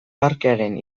parkearen